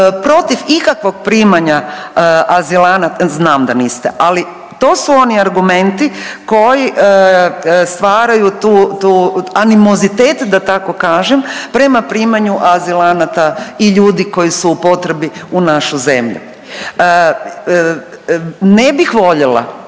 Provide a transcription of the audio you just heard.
iz klupe se ne razumije/…znam da niste, ali to su oni argumenti koji stvaraju tu, tu, animozitet da tako kažem prema primanju azilanata i ljudi koji su u potrebi u našu zemlju. Ne bih voljela